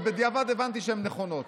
ובדיעבד הבנתי שהן נכונות.